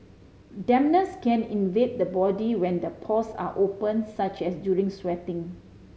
dampness can invade the body when the pores are open such as during sweating